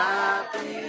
Happy